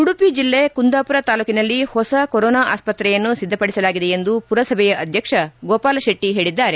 ಉಡುಪಿ ಜಿಲ್ಲೆ ಕುಂದಾಪುರ ತಾಲೂಕನಲ್ಲಿ ಹೊಸ ಕೊರೊನಾ ಆಸ್ಪತ್ರೆಯನ್ನು ಸಿದ್ದಪಡಿಸಲಾಗಿದೆ ಎಂದು ಪುರಸಭೆಯ ಅಧ್ಯಕ್ಷ ಗೋಪಾಲಶೆಟ್ಟಿ ಹೇಳಿದ್ದಾರೆ